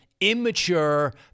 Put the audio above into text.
immature